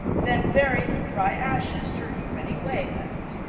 then buried in dry ashes to remove any whey left.